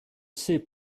sais